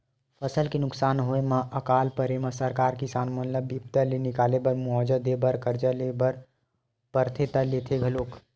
फसल के नुकसान होय म अकाल परे म सरकार किसान मन ल बिपदा ले निकाले बर मुवाजा देय बर करजा ले बर परथे त लेथे घलोक